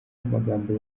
amagambo